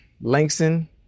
Langston